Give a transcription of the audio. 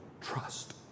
trust